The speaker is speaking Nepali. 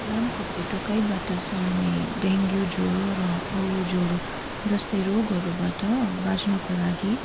लामखुट्टे टोकाइबाट सर्ने डेङ्गू ज्वरो र औलो ज्वरो जस्तो रोगहरूबाट बाँच्नको लागि